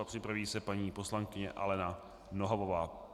Připraví se paní poslankyně Alena Nohavová.